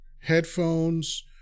headphones